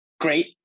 great